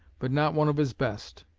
but not one of his best.